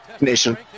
Nation